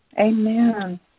amen